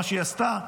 מה שעשתה,